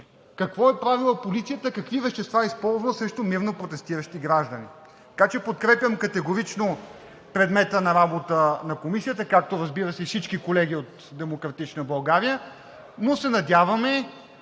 какво е правила полицията, какви вещества е използвала срещу мирно протестиращи граждани. Подкрепям категорично предмета на работа на комисията, както, разбира се, и всички колеги от „Демократична България“, но се надяваме